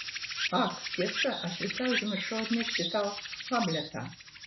ak tiesa aš visai užmiršau atnešti tau hamletą